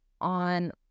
on